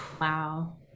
wow